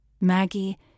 Maggie